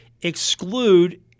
exclude